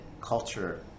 culture